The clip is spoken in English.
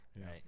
right